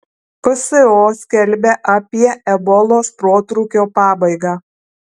pso skelbia apie ebolos protrūkio pabaigą